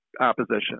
opposition